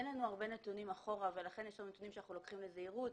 אין לנו הרבה נתונים אחורה ולכן יש נתונים שאנחנו לוקחים בזהירות,